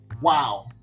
wow